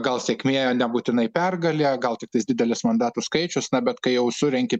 gal sėkmė nebūtinai pergalė gal tiktais didelis mandatų skaičius ne bet kai jau surenki